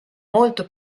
molto